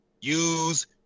use